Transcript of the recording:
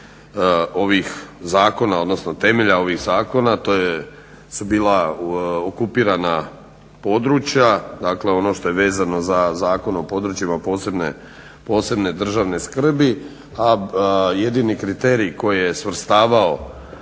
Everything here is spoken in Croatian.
ovih zakona odnosno temelja ovih zakona. To su bila okupirana područja, dakle ono što je vezano za Zakon o područjima posebne državne skrbi, a jedini kriterij koji je svrstavao